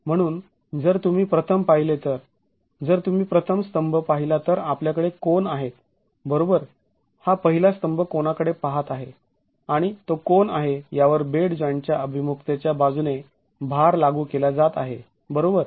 म्हणून जर तुम्ही प्रथम पाहिले तर जर तुम्ही प्रथम स्तंभ पाहिला तर आपल्याकडे कोन आहेत बरोबर हा पहिला स्तंभ कोनाकडे पाहत आहे आणि तो कोन आहे यावर बेड जॉईंटच्या अभिमुखतेच्या बाजूने भार लागू केला जात आहे बरोबर